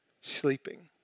sleeping